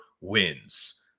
wins